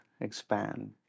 expand